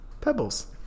pebbles